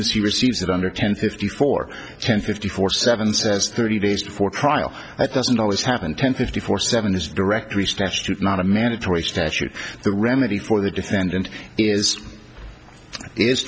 as he receives it under ten fifty four ten fifty four seven says thirty days for trial at doesn't always happen ten fifty four seven is directory statute not a mandatory statute the remedy for the defendant is is